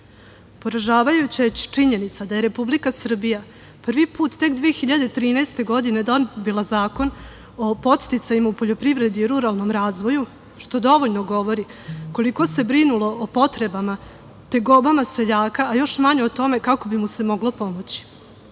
poražavajuća je činjenica da je Republika Srbija prvi put tek 2013. godine, donela je zakon o podsticajima u poljoprivredi i ruralnom razvoju, što dovoljno govori koliko se brinulo o potrebama i tegobama seljaka, još manje o tome kako bi mu se moglo pomoći. Danas